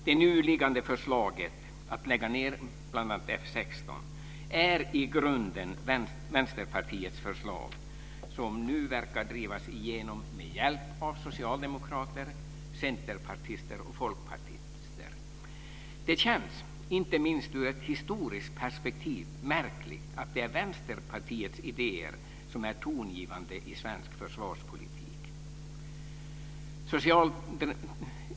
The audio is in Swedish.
Det förslag som finns nu om att lägga ned bl.a. F 16 är i grunden Vänsterpartiets förslag, som nu verkar drivas igenom med hjälp av socialdemokrater, centerpartister och folkpartister. Det känns inte minst ur ett historiskt perspektiv märkligt att det är Vänsterpartiets idéer som är tongivande i svensk försvarspolitik.